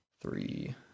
three